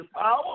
power